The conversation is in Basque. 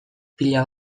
pila